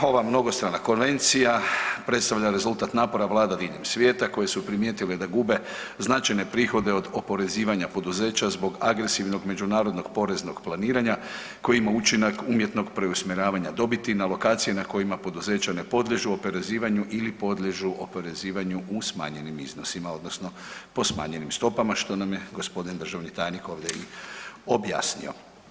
Ova mnogostrana konvencija predstavlja rezultat napora vlada diljem svijeta koje su primijetile da gube značajne prihode od oporezivanja poduzeća zbog agresivnog međunarodnog poreznog planiranja koji ima učinak umjetnog preusmjeravanja dobiti na lokacije na kojima poduzeća ne podliježu oporezivanju ili podliježu oporezivanju u smanjenim iznosima odnosno po smanjenim stopama što nam je gospodin državni tajnik ovdje i objasnio.